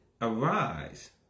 arise